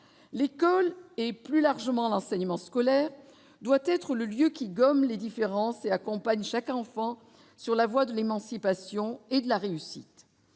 l'école et plus largement l'enseignement scolaire doit être le lieu qui gomme les différences et accompagne chaque enfant sur la voie de l'émancipation et de la réussite